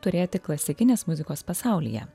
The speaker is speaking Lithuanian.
turėti klasikinės muzikos pasaulyje